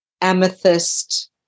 amethyst